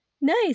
Nice